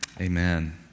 Amen